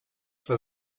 for